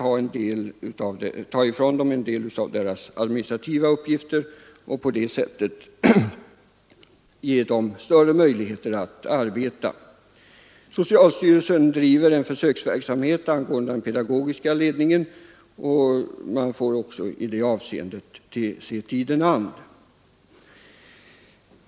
Om man kan ta ifrån dem en del av deras administrativa uppgifter kan man kanske på det sättet ge dem större möjligheter att arbeta med deras egentliga uppgifter. Socialstyrelsen driver en försöksverksamhet angående den pedagogiska ledningen, och man får också i det avseendet se tiden an.